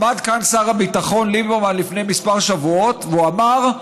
עמד כאן שר הביטחון ליברמן לפני כמה שבועות ואמר: